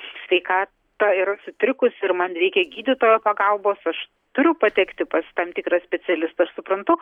sveikata yra sutrikusi ir man reikia gydytojo pagalbos aš turiu patekti pas tam tikrą specialistą aš suprantu